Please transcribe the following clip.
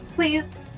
Please